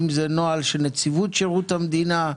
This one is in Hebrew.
האם זה נוהל של נציבות שירות המדינה?